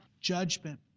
judgment